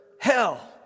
hell